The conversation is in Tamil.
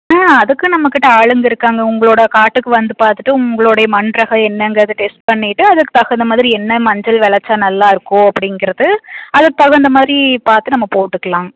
ஆ அதுக்கு நம்மகிட்ட ஆளுங்கள் இருக்காங்க உங்களோடய காட்டுக்கு வந்து பார்த்துட்டு உங்களோடைய மண் ரகம் என்னங்கிறத டெஸ்ட் பண்ணிகிட்டு அதுக்குத் தகுந்தமாதிரி என்ன மஞ்சள் விளச்சா நல்லாயிருக்கும் அப்படிங்கிறது அதுக்குத் தகுந்தமாதிரி பார்த்து நம்ம போட்டுக்கலாம்